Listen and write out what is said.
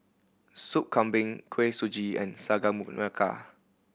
Soup Kambing Kuih Suji and Sagu Melaka